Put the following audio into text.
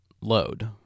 load